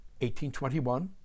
1821